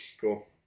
Cool